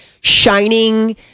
shining